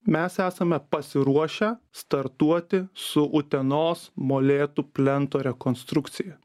mes esame pasiruošę startuoti su utenos molėtų plento rekonstrukcija